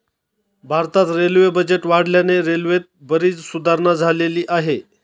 भारतात railway budget वाढल्याने रेल्वेत बरीच सुधारणा झालेली आहे